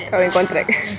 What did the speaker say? kahwin contract